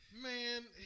Man